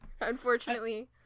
unfortunately